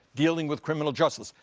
dealing with criminal justice,